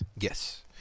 yes